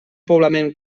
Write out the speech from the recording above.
poblament